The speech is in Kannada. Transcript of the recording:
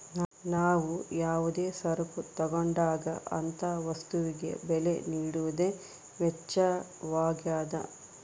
ನಾವು ಯಾವುದೇ ಸರಕು ತಗೊಂಡಾಗ ಅಂತ ವಸ್ತುಗೆ ಬೆಲೆ ನೀಡುವುದೇ ವೆಚ್ಚವಾಗ್ಯದ